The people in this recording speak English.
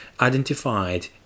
identified